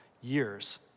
years